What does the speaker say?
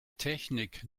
technik